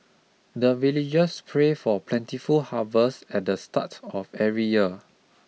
the villagers pray for plentiful harvest at the start of every year